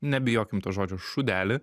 nebijokim to žodžio šūdelį